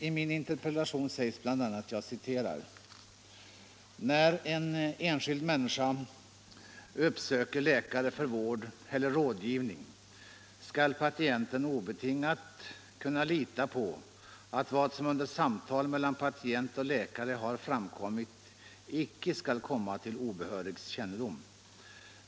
I min interpellation sägs bl.a.: ”När en enskild människa uppsöker läkare för vård eller rådgivning skall patienten obetingat kunna lita på att vad som under samtal mellan patient och läkare har framkommit icke skall komma till obehörigs kännedom.